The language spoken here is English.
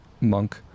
monk